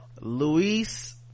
Luis